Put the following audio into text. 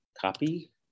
Copy